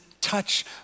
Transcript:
touch